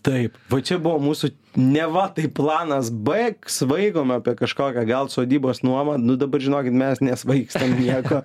taip va čia buvo mūsų neva tai planas b svaigome apie kažkokią gal sodybos nuomą nu dabar žinokit mes nesvaigstam nieko